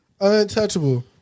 Untouchable